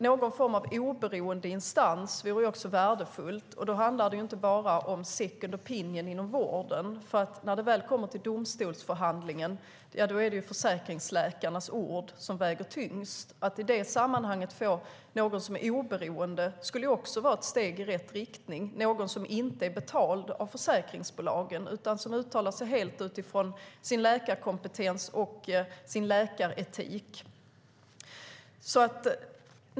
Någon form av oberoende instans vore också värdefull. Då handlar det inte bara om second opinion inom vården. När det väl kommer till domstolsförhandlingen är det nämligen försäkringsläkarnas ord som väger tyngst. Att i det sammanhanget få någon som är oberoende skulle också vara ett steg i rätt riktning, någon som inte är betald av försäkringsbolagen utan som uttalar sig helt utifrån sin läkarkompetens och sin läkaretik.